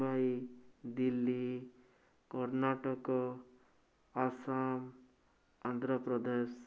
Mumbai Delhi Karnataka Assam Andhra Pradesh